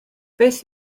beth